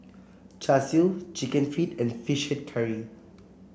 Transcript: Char Siu chicken feet and fish head curry